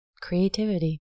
creativity